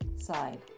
side